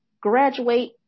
graduate